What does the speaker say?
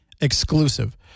exclusive